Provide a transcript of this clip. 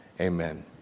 Amen